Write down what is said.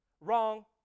wrong